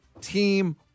team